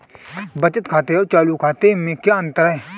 बचत खाते और चालू खाते में क्या अंतर है?